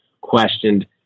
questioned